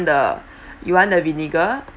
the you want the vinegar